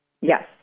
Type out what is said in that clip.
Yes